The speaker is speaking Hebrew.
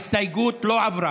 ההסתייגות לא עברה.